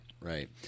right